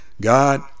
God